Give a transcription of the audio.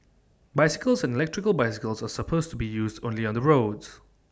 bicycles and electric bicycles are supposed to be used only on the roads